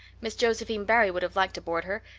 miss josephine barry would have liked to board her,